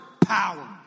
power